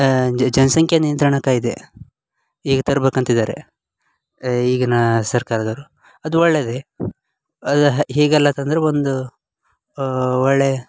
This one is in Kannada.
ಜ್ ಜನಸಂಖ್ಯೆ ನಿಯಂತ್ರಣ ಕಾಯ್ದೆ ಈಗ ತರ್ಬೇಕು ಅಂತಿದಾರೆ ಈಗಿನ ಸರ್ಕಾರದವರು ಅದು ಒಳ್ಳೆಯದೇ ಅದು ಹೀಗೆಲ್ಲ ತಂದರೆ ಒಂದು ಒಳ್ಳೆಯ